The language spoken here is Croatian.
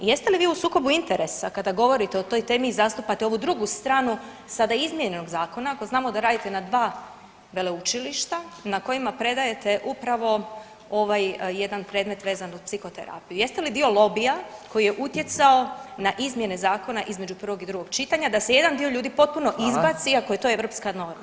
Jeste li vi u sukobu interesa kada govorite o toj temi i zastupate ovu drugu stranu sada izmijenjenog zakona ako znamo da radite na dva veleučilišta na kojima predajte upravo ovaj jedan predmet vezan uz psihoterapiju, jeste li dio lobija koji je utjecao na izmjene zakona između prvog i drugog čitanja da se jedan dio ljudi potpuno izbaci iako je to europska norma?